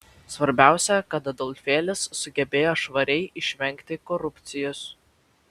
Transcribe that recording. svarbiausia kad adolfėlis sugebėjo švariai išvengti korupcijos